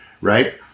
right